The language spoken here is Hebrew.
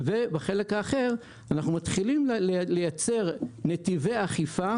ובחלק האחר, אנחנו מתחילים לייצר נתיבי עקיפה